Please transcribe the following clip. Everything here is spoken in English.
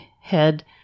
head